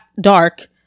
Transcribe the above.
dark